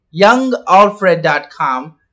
YoungAlfred.com